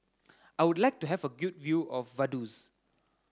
I would like to have a good view of Vaduz